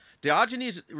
Diogenes